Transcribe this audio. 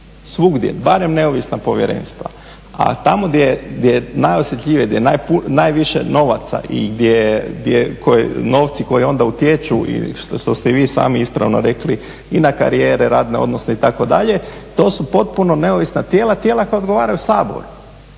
svugdje, barem neovisna povjerenstva. A tamo gdje je najosjetljivije, gdje je najviše novaca i novci koji onda utječu i što ste i vi sami ispravno rekli, i na karijere, radne odnose, itd., to su potpuno neovisna tijela, tijela koja odgovaraju Saboru.